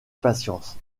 patience